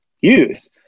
use